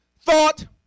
thought